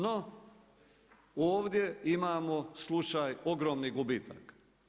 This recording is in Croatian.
No, ovdje imamo slučaj ogromnih gubitaka.